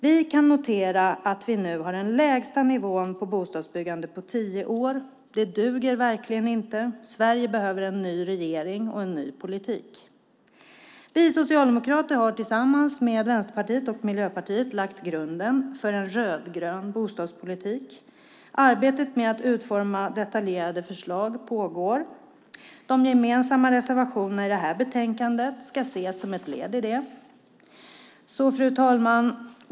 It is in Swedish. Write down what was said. Vi har nu den lägsta nivån på bostadsbyggandet på tio år, och det duger inte. Sverige behöver en ny regering och en ny politik. Vi socialdemokrater har tillsammans med Vänsterpartiet och Miljöpartiet lagt grunden för en rödgrön bostadspolitik. Arbetet med att utforma detaljerade förslag pågår. De gemensamma reservationerna i betänkandet ska ses som ett led i det. Fru talman!